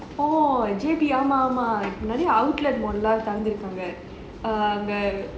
oh J_B ஆமா ஆமா நிறையா:aama aama niraiya woodlands எல்லாம் திறந்திருக்கும் அங்க:ellaam thiranthirukum anga